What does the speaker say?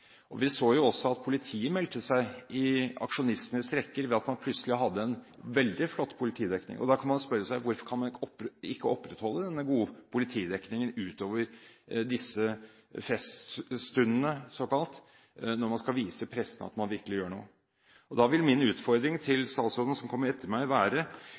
symbolpolitikk. Vi så også at politiet meldte seg inn i aksjonistenes rekker, ved at man plutselig hadde en veldig flott politidekning. Da kan man spørre seg: Hvorfor kan man ikke opprettholde denne gode politidekningen ut over disse feststundene – såkalte – når man skal vise pressen at man virkelig gjør noe. Da vil min utfordring til statsråden – som kommer etter meg – være: